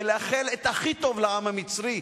ולאחל את הכי טוב לעם המצרי,